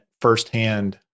firsthand